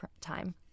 time